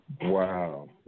Wow